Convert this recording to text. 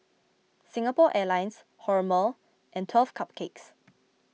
Singapore Airlines Hormel and twelve Cupcakes